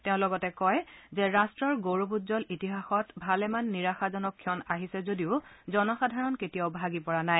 তেওঁ লগতে কয় যে ৰাষ্ট্ৰৰ গৌৰৱোজ্বল ইতিহাসত ভালেমান নিৰাশাজনক ক্ষণ আহিছে যদিও জনসাধাৰণ কেতিয়াও ভাগি পৰা নাই